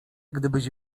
gdybyś